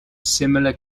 similar